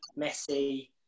Messi